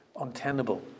untenable